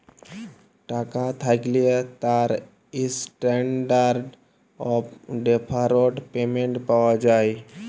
টাকা থ্যাকলে তার ইসট্যানডারড অফ ডেফারড পেমেন্ট পাওয়া যায়